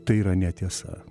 tai yra netiesa